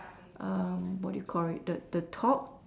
um what do you call it the the top